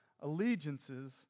allegiances